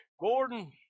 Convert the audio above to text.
Gordon